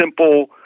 simple